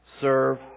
serve